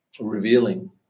Revealing